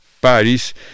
Paris